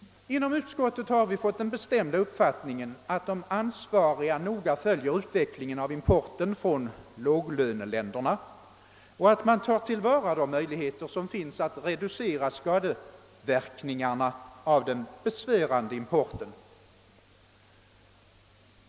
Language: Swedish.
Inom utskottet har vi fått den bestämda uppfattningen att de ansvariga nog följer utvecklingen av importen från låglöneländerna och att man tar till vara de möjligheter som finns att reducera skadeverkningarna av den besvärande importen.